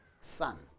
son